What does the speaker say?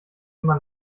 immer